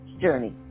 journey